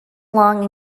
long